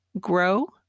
grow